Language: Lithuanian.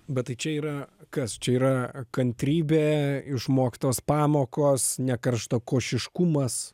bet tai čia yra kas čia yra kantrybė išmoktos pamokos ne karštakošiškumas